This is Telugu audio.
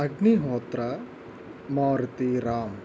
అగ్నిహోత్ర మారుతీరామ్